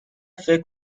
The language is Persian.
فکر